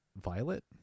violet